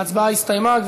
ההצבעה הסתיימה.